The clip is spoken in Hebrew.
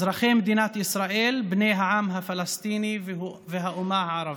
אזרחי מדינת ישראל בני העם הפלסטיני והאומה הערבית.